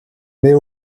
mets